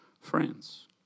friends